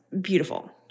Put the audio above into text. beautiful